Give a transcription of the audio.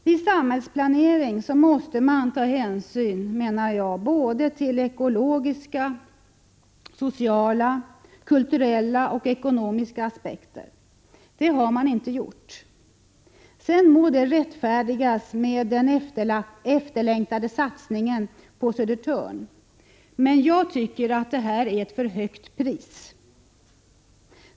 Vid samhällsplanering måste man ta hänsyn till såväl ekologiska som sociala, kulturella och ekonomiska aspekter, menar jag. Det har man inte gjort — sedan må det rättfärdigas med den efterlängtade satsningen på Södertörn; jag tycker att det här är ett för högt pris.